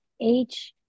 age